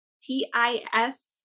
T-I-S